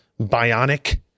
Bionic